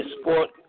sport